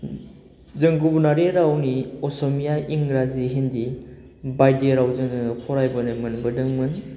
जों गुबुन रावनि असमिया इंराजी हिन्दी बायदि रावबो जोङो फरायबोनो मोनबोदोंमोन